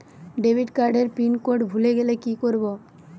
Debit card এর pin code ভুলে গেলে কি করব?